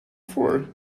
for